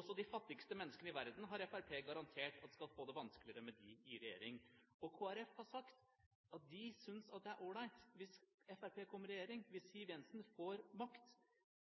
Også de fattigste menneskene i verden har Fremskrittspartiet garantert at skal få det vanskeligere med dem i regjering. Kristelig Folkeparti har sagt at de synes at det er ålreit hvis Fremskrittspartiet kommer i regjering. Hvis